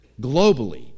globally